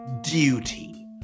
duty